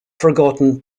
forgotten